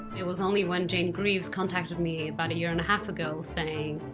it was only when jane greaves contacted me about a year and a half ago saying,